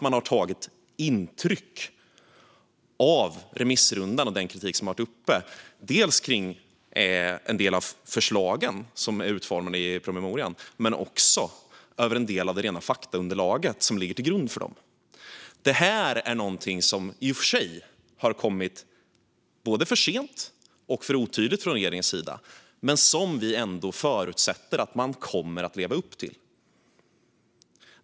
Man har tagit intryck av remissrundan och den kritik som kommit när det gäller dels förslagen som de är utformade i promemorian, dels en del av det rena faktaunderlag som ligger till grund för dem. Det här är någonting som i och för sig har kommit både för sent och för otydligt från regeringens sida men som vi ändå förutsätter att man kommer att leva upp till.